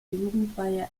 jugendweihe